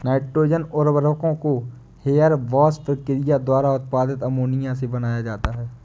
nitrogen उर्वरकों को Haber Bosch प्रक्रिया द्वारा उत्पादित अमोनिया से बनाया जाता है